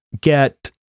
get